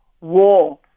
war